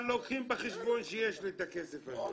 כן, אבל לוקחים בחשבון שיש לי את הכסף הזה.